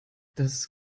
das